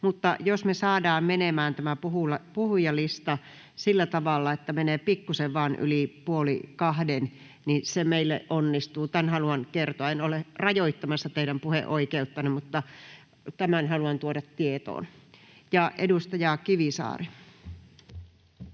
Mutta jos me saamme menemään tämän puhujalistan sillä tavalla, että menee vain pikkuisen yli puoli kahden, niin se meille onnistuu. Tämän haluan kertoa. En ole rajoittamassa teidän puheoikeuttanne, mutta tämän haluan tuoda tietoon. — Ja edustaja Kivisaari.